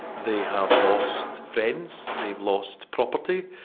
they have lost friends. they've lost property.